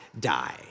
die